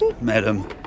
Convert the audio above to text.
Madam